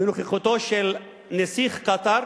בנוכחותו של נסיך קטאר,